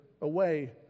away